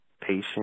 patient